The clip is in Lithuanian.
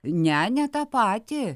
ne tą patį